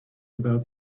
about